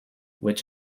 which